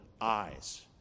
eyes